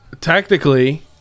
technically